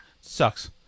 Sucks